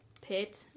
pit